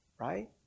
right